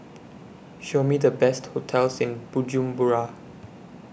Show Me The Best hotels in Bujumbura